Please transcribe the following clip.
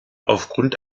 aufgrund